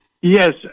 Yes